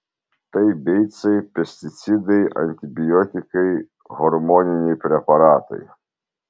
tai beicai pesticidai antibiotikai hormoniniai preparatai